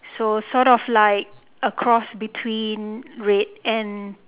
so sort of like a cross between red and